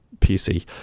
PC